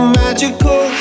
magical